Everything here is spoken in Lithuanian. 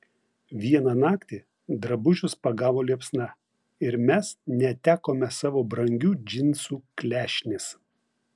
vieną naktį drabužius pagavo liepsna ir mes netekome savo brangių džinsų klešnės